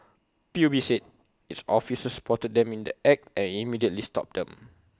P U B said its officers spotted them in the act and immediately stopped them